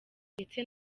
ndetse